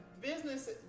business